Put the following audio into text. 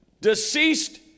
deceased